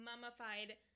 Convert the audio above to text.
mummified